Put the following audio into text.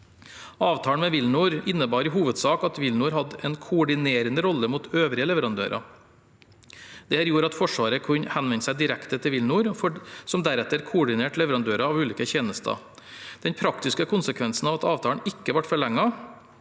Avtalen med WilNor innebar i hovedsak at WilNor hadde en koordinerende rolle mot øvrige leverandører. Dette gjorde at Forsvaret kunne henvende seg direkte til WilNor, som deretter koordinerte leverandører av ulike tjenester. Den praktiske konsekvensen av at avtalen ikke ble forlenget,